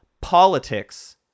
politics